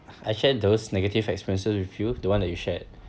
I share those negative experiences with you the one that you shared